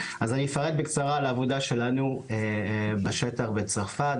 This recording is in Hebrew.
אז אני אפרט בקצרה על העבודה שלנו בשטח בצרפת,